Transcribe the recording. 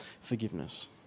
forgiveness